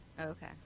Okay